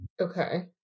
Okay